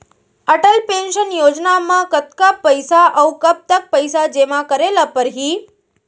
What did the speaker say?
Atal pension योजना म कतका पइसा, अऊ कब तक पइसा जेमा करे ल परही?